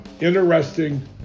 Interesting